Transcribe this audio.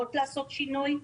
עוזרות לעשות שינוי,